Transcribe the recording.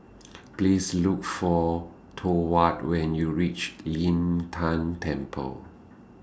Please Look For Thorwald when YOU REACH Lin Tan Temple